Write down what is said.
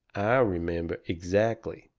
i remember exactly.